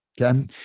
Okay